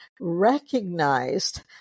recognized